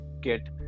get